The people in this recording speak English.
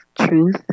truth